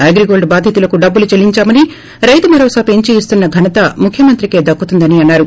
అగ్రిగోల్డ్ బాధితులకు డబ్బులు చెల్లిందామని రైతు భరోసా పెంచి ఇస్తున్న ఘనత ముఖ్యమంత్రికే దక్కుతుందని అన్నారు